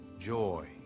joy